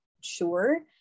sure